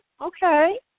okay